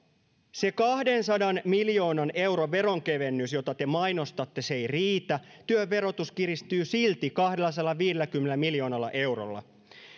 se kahdensadan miljoonan euron veronkevennys jota te mainostatte ei riitä työn verotus kiristyy silti kahdellasadallaviidelläkymmenellä miljoonalla eurolla